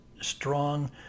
strong